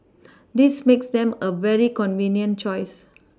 this makes them a very convenient choice